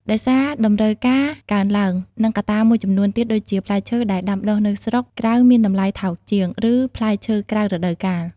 ដោយសារតម្រូវការកើនឡើង និងកត្តាមួយចំនួនទៀតដូចជា ផ្លែឈើដែលដាំដុះនៅស្រុកក្រៅមានតម្លៃថោកជាង ឬផ្លែឈើក្រៅរដូវកាល។